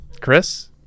Chris